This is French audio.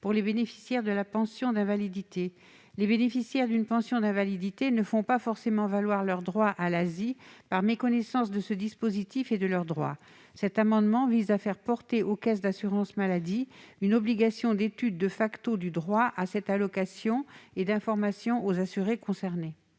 pour les bénéficiaires de la pension d'invalidité. Les bénéficiaires d'une pension d'invalidité ne font pas forcément valoir leurs droits à l'ASI par méconnaissance de ce dispositif et de leurs droits. Cet amendement vise à faire porter sur les caisses d'assurance maladie une obligation d'étude du droit à cette allocation et d'information aux assurés concernés.